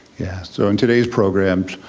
yeah, so in today's programs,